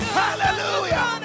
hallelujah